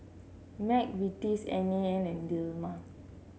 McVitie's N A N and Dilmah